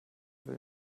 will